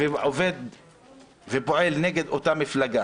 ועובד ופועל נגד אותה מפלגה